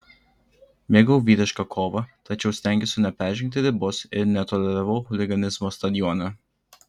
mėgau vyrišką kovą tačiau stengiausi neperžengti ribos ir netoleravau chuliganizmo stadione